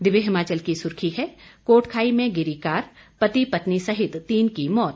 दिव्य हिमाचल की सुर्खी है कोटखाई में गिरी कार पति पत्नी सहित तीन की मौत